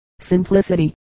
simplicity